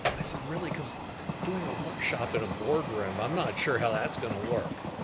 i said, really, cause doing a workshop in a board room, i'm not sure how that's gonna work.